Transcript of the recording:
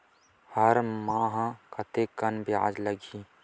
हर माह कतेकन ब्याज लगही?